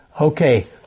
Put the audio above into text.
Okay